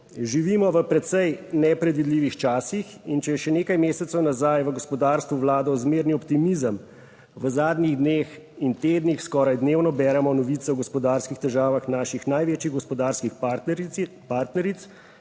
Živimo v precej nepredvidljivih časih in če je še nekaj mesecev nazaj v gospodarstvu vladal zmerni optimizem, v zadnjih dneh in tednih skoraj dnevno beremo novice o gospodarskih težavah naših največjih gospodarskih partneric,